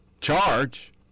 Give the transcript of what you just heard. charge